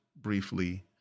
briefly